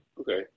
Okay